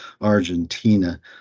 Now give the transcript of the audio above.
Argentina